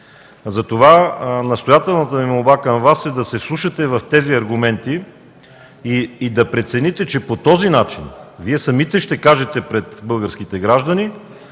партия. Настоятелната ми молба към Вас е да се вслушате в тези аргументи и да прецените, че по този начин Вие самите ще кажете пред българските граждани,